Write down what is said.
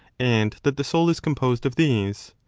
and that the soul is composed of these?